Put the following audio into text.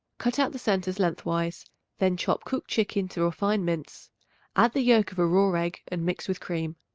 cut out the centres lengthwise then chop cooked chicken to a fine mince add the yolk of a raw egg and mix with cream.